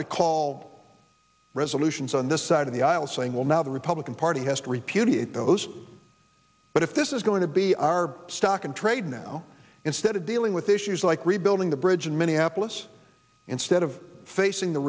recall resolutions on this side of the aisle saying well now the republican party has to repudiate those but if this is going to be our stock in trade now instead of dealing with issues like rebuilding the bridge in minneapolis instead of facing the